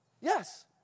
yes